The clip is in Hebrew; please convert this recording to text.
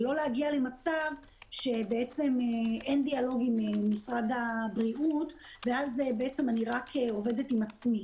ולא להגיע למצב שאין דיאלוג עם משרד הבריאות ואז אני רק עובדת עם עצמי.